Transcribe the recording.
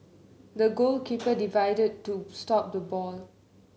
the goalkeeper dived to stop the ball